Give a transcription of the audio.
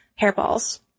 hairballs